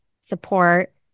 support